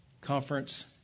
conference